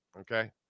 Okay